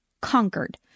conquered